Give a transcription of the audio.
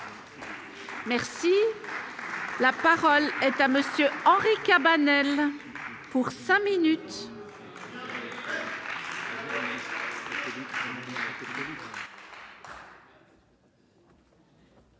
La parole est à monsieur Henri Cabanel pour 5 minutes.